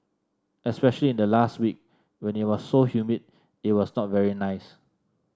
especially in the last week when it was so humid it was not very nice